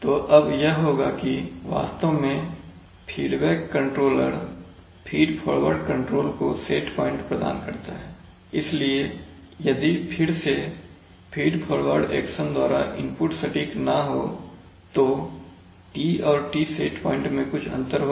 तो अब यह होगा कि वास्तव में अब feedback controller feed forward control को सेट प्वाइंट प्रदान करता है इसलिए यदि फिर से फीड फॉरवर्ड एक्शन द्वारा इनपुट सटीक ना हो तो T और T सेट प्वाइंट में कुछ अंतर होगा